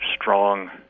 strong